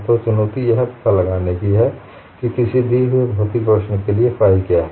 तो चुनौती यह पता लगाने में है कि किसी दी गई भौतिक प्रश्न के लिए फाइ क्या है